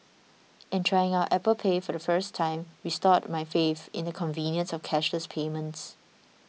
and trying out Apple Pay for the first time restored my faith in the convenience of cashless payments